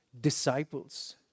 disciples